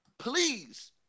Please